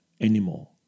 anymore